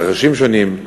בתרחישים שונים.